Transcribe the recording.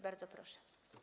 Bardzo proszę.